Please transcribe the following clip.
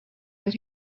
that